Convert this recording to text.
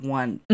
one